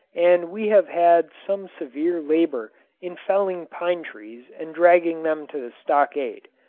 and we have had some severe labour in felling pine trees and dragging them to the stockade.